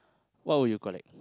what would you collect